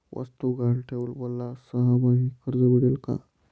वस्तू गहाण ठेवून मला सहामाही कर्ज मिळेल का?